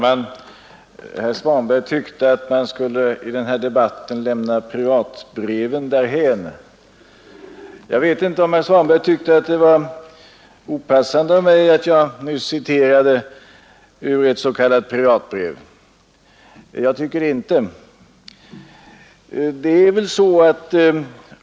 Fru talman! Herr Svanberg tyckte att man i denna debatt skulle lämna privatbreven därhän. Jag vet inte om herr Svanberg tyckte att det var opassande av mig att nyss citera ur ett s.k. privatbrev. Jag tycker det inte.